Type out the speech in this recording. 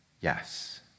yes